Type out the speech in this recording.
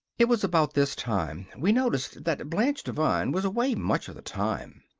it was about this time we noticed that blanche devine was away much of the time.